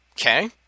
Okay